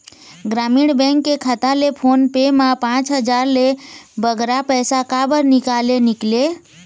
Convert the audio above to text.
ग्रामीण बैंक के खाता ले फोन पे मा पांच हजार ले बगरा पैसा काबर निकाले निकले?